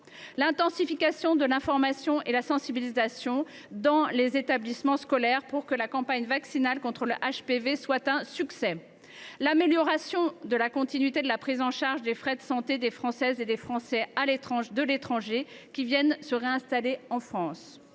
l’intensification de l’information et de la sensibilisation dans les établissements scolaires pour que la campagne vaccinale contre le virus du papillome humain soit un succès, à l’amélioration de la continuité de la prise en charge des frais de santé des Françaises et des Français de l’étranger qui viennent se réinstaller en France,